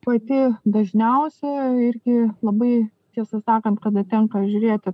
pati dažniausia irgi labai tiesą sakant kada tenka žiūrėti